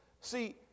See